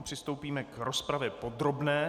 Přistoupíme k rozpravě podrobné.